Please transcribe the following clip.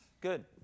good